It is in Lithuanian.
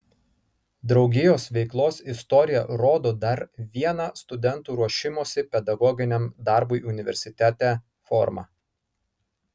draugijos veiklos istorija rodo dar vieną studentų ruošimosi pedagoginiam darbui universitete formą